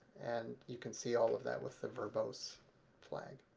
and you can see all of that with the verbose flag.